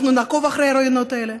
אנחנו נעקוב אחרי הראיונות האלה,